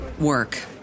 work